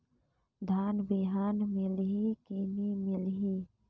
धान बिहान मिलही की नी मिलही?